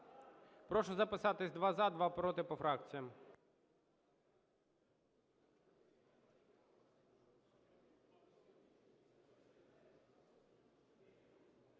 Прошу записатися: два – за, два – проти по фракціям.